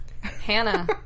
Hannah